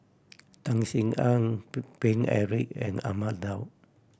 Tan Sin Aun Paine Eric and Ahmad Daud